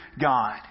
God